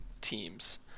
teams